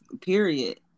period